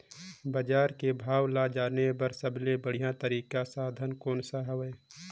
बजार के भाव ला जाने बार सबले बढ़िया तारिक साधन कोन सा हवय?